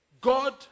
God